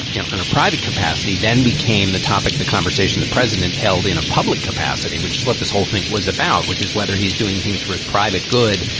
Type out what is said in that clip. you know in a private capacity then became the topic, the conversation the president held in a public capacity, which is what this whole thing was about, which is whether he's doing things for his private good,